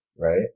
right